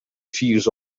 fears